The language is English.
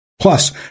Plus